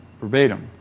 verbatim